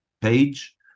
page